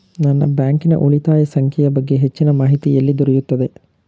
ನನ್ನ ಬ್ಯಾಂಕಿನ ಉಳಿತಾಯ ಸಂಖ್ಯೆಯ ಬಗ್ಗೆ ಹೆಚ್ಚಿನ ಮಾಹಿತಿ ಎಲ್ಲಿ ದೊರೆಯುತ್ತದೆ?